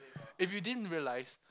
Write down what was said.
if you didn't realise